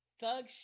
thug